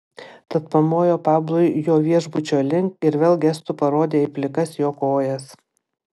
tad pamojo pablui jo viešbučio link ir vėl gestu parodė į plikas jo kojas